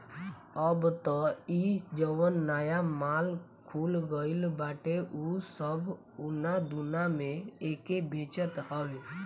अब तअ इ जवन नया नया माल खुल गईल बाटे उ सब उना दूना में एके बेचत हवे सब